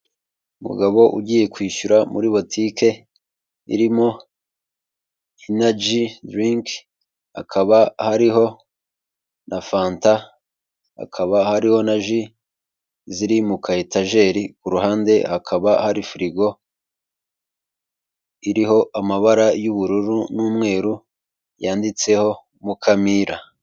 Umugabo ugiye kwishyura muri botike irimo inajidiriki hakaba hariho na fanta hakaba hariho na ji ziri mu ka etajeri ku ruhande hakaba hari firigo iriho amabara y'ubururu n'umweru yanditseho mukamira